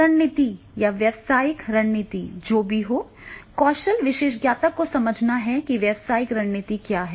आपकी रणनीति या व्यावसायिक रणनीति जो भी हो कौशल विशेषज्ञता को समझना है कि व्यावसायिक रणनीति क्या है